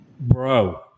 Bro